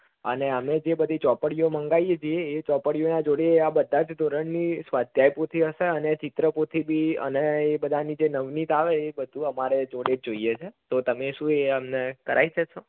અને અમે જે બધી ચોપડીઓ મંગાવીએ છીએ એ ચોપડીઓના જોડે આ બધા જ ધોરણની સ્વાધ્યાયપોથી હશે અને ચિત્રપોથી બી અને એ બધાની જે નવનીત આવે એ બધું અમારે જોડે જ જોઈએ છે તમે શું એ અમને કરાવી દેશો